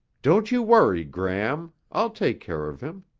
don't you worry, gram. i'll take care of him.